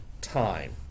time